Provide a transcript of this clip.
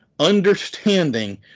understanding